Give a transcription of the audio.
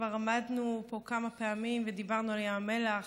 כבר עמדנו פה כמה פעמים ודיברנו על ים המלח,